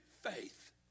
faith